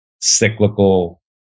cyclical